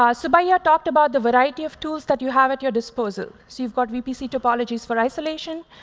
ah subbaiah talked about the variety of tools that you have at your disposal. so you've got vpc topologies for isolation.